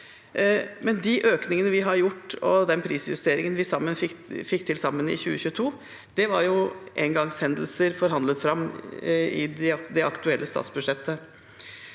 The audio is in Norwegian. De økningene vi har gjort, og den prisjusteringen vi fikk til sammen i 2022, var jo engangshendelser forhandlet fram i det aktuelle statsbudsjettet.